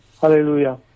Hallelujah